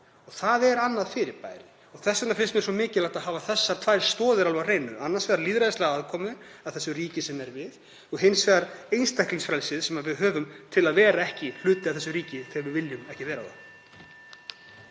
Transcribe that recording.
Það er annað fyrirbæri. Þess vegna finnst mér svo mikilvægt að hafa þessar tvær stoðir alveg á hreinu, annars vegar lýðræðislega aðkomu að þessu ríki, sem erum „við“, og hins vegar einstaklingsfrelsið sem við höfum til að vera ekki hluti af þessu ríki þegar við viljum ekki vera það.